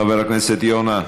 חבר הכנסת יונה,